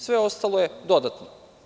Sve ostalo je dodatno.